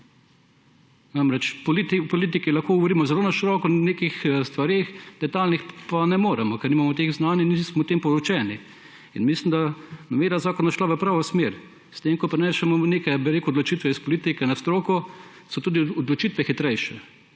Namreč, politiki lahko govorimo zelo na široko o nekih stvareh, o detajlnih pa ne moremo, ker nimamo teh znanj in nismo o tem poučeni. In mislim, da je novela zakona šla v pravo smer. S tem ko prenašamo neke odločitve s politike na stroko, so tudi odločitve hitrejše.